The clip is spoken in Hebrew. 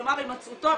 כלומר הימצאותו,